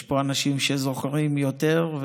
יש פה אנשים שזוכרים יותר,